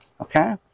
Okay